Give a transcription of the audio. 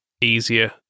easier